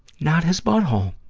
not his butthole.